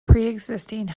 preexisting